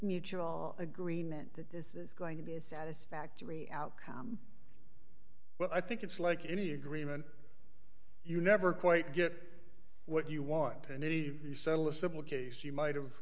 mutual agreement that this is going to be a satisfactory outcome well i think it's like any agreement you never quite get what you want and anybody settle a simple case you might have